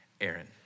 Aaron